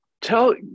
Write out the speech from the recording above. tell